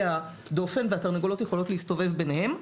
הדופן והתרנגולות יכולות להסתובב ביניהם.